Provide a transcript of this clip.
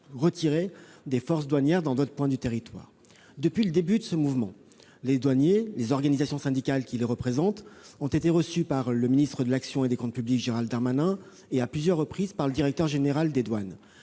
retirer des forces douanières en d'autres points du territoire. Depuis le début de ce mouvement, les organisations syndicales représentant les douaniers ont été reçues par le ministre de l'action et des comptes publics, Gérald Darmanin et, à plusieurs reprises, par le directeur général des douanes.